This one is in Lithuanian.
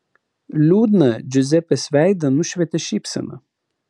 liūdną džiuzepės veidą nušvietė šypsena